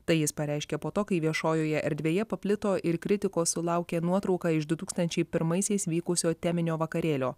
tai jis pareiškė po to kai viešojoje erdvėje paplito ir kritikos sulaukė nuotrauka iš du tūkstančiai pirmaisiais vykusio teminio vakarėlio